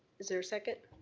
is there a second?